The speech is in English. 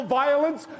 violence